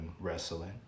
wrestling